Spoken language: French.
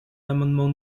l’amendement